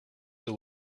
they